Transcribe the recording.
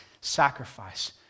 Sacrifice